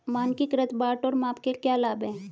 मानकीकृत बाट और माप के क्या लाभ हैं?